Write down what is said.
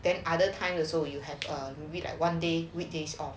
than other times also you have a like one day weekdays off